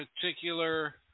particular